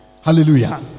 Hallelujah